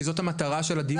כי זאת המטרה של הדיון הזה.